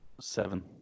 Seven